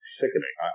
sickening